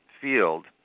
field